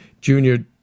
Junior